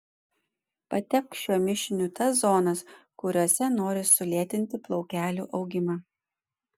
patepk šiuo mišiniu tas zonas kuriose nori sulėtinti plaukelių augimą